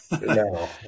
No